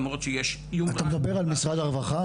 למרות שיש --- אתה מדבר על משרד הרווחה,